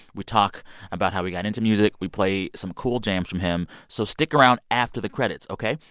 we talk about how he got into music. we play some cool jams from him. so stick around after the credits, ok?